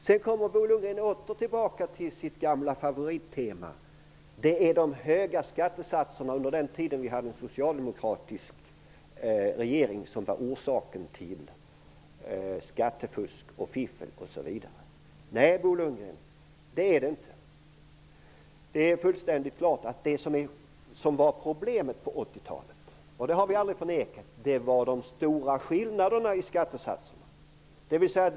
Bo Lundgren återkommer till sitt gamla favorittema, nämligen att det var de höga skattesatserna under den socialdemokratiska regeringens tid som var orsaken till skattefusk och fiffel. Nej, Bo Lundgren, så är det inte. Det är fullständigt klart att det som var problemet på 80 talet -- och det har vi aldrig förnekat -- var de stora skillnaderna i skattesatserna.